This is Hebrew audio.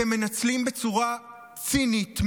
אתם מנצלים בצורה צינית,